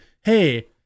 hey